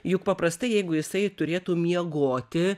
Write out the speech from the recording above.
juk paprastai jeigu jisai turėtų miegoti